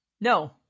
no